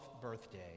birthday